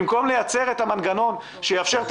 במקום לייצר את המנגנון שיאפשר את